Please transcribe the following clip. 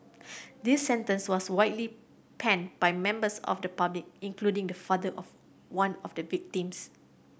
this sentence was widely panned by members of the public including the father of one of the victims